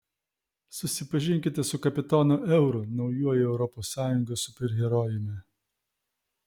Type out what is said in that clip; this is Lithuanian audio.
susipažinkite su kapitonu euru naujuoju europos sąjungos superherojumi